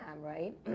right